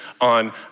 on